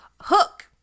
Hook